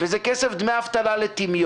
זה כסף של דמי אבטלה שירד לטמיון.